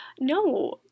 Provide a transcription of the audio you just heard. No